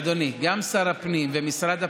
אדוני, גם שר הפנים ומשרד הפנים,